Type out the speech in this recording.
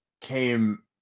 came